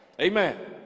Amen